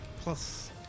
Plus